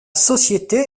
société